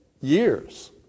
years